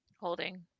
Holding